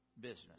business